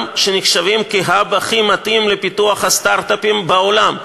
שנחשבים כ-hub הכי מתאים לפיתוח הסטרט-אפים בעולם.